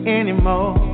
anymore